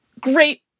great